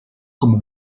como